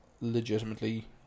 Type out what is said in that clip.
legitimately